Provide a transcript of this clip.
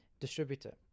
distributor